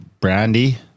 brandy